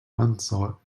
unsought